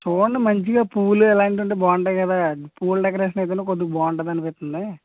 చూడండి మంచిగా పూలు ఇలాంటివి ఉంటే బాగుంటాయి కదా పూల డెకరేషనైతేనే కొద్దిగా బాగుంటుందని అనిపిస్తుంది